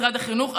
משרד החינוך,